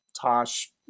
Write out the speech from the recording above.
Tosh